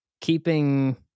keeping